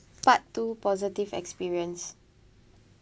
part two positive experience